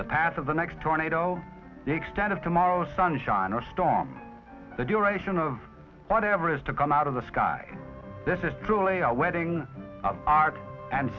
the path of the next tornado the extent of tomorrow sunshine or storm the duration of whatever is to come out of the sky this is truly a wedding of art and